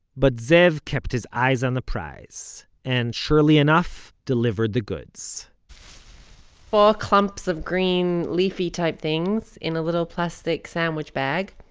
but, zev kept his eyes on the prize, and surely enough delivered the goods four clumps of green leafy type things, in a little plastic sandwich bag,